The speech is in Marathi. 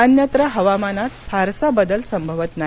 अन्यत्र हवामानात फारसा बदल संभवत नाही